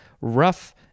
rough